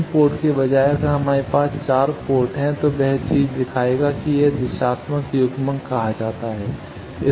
3 port के बजाय अगर हमारे पास 4 पोर्ट है तो वह चीज दिखाएगा कि यह दिशात्मक युग्मक कहा जाता है